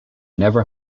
never